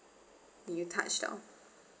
you touch down